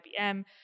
IBM